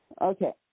Okay